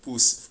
boost